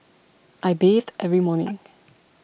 I bathe every morning